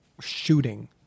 shooting